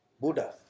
Buddha